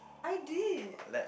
I did